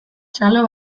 txalo